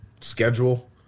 schedule